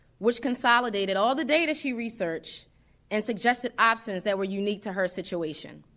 which consolidated all the data she researched and suggested options that were unique to her situation?